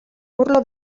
urlo